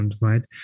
right